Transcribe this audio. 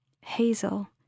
Hazel